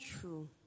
true